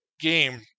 game